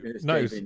no